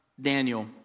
Daniel